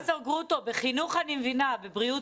פרופ' גרוטו, בחינוך אני מבינה, בבריאות